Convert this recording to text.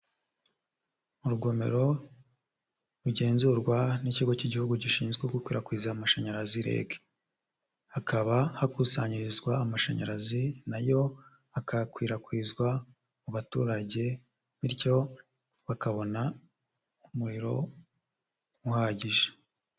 Urugomero rugenzurwa n'ikigo cy'igihugu gishinzwe gukwirakwiza amashanyarazi REG. Hakaba hakusanyirizwa amashanyarazi na yo aganakwirakwizwa mu baturage bityo bakabona umuriro uhagije.